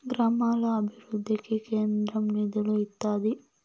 గ్రామాల అభివృద్ధికి కేంద్రం నిధులు ఇత్తాది